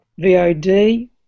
VOD